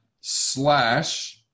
slash